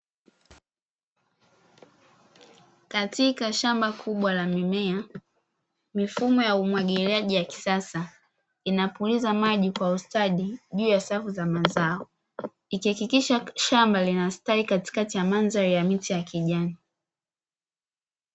Katika shamba kubwa la mimea mifumo ya umwagiliaji ya kisasa inapuliza maji kwa ustadi juu ya safu za mazao, ikihakikisha shamba linastawi katikati ya mandhari ya miti ya kijani.